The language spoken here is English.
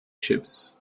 ships